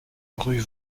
rue